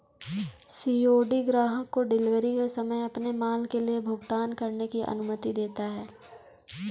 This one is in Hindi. सी.ओ.डी ग्राहक को डिलीवरी के समय अपने माल के लिए भुगतान करने की अनुमति देता है